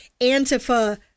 Antifa